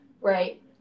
right